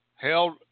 held